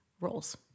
roles